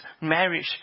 marriage